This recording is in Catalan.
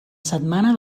setmana